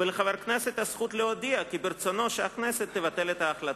ולחבר הכנסת הזכות להודיע כי ברצונו שהכנסת תבטל את ההחלטה.